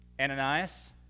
Ananias